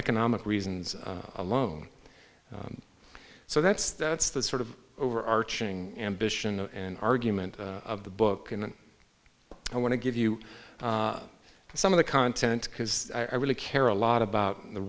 economic reasons alone so that's that's the sort of overarching ambition and argument of the book and i want to give you some of the content because i really care a lot about the